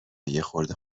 یخورده